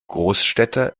großstädter